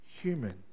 human